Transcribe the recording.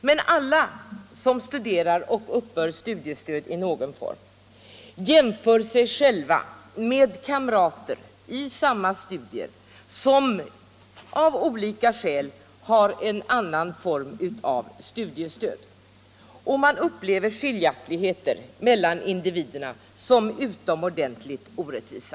Men alla som studerar Tisdagen den och uppbär studiestöd i någon form jämför sig själva med kamrater i 20 maj 1975 samma studier som av olika skäl har en annan form av studiestöd. Och I man upplever skiljaktigheter mellan individerna som utomordentligt Vuxenutbildningen, orättvisa.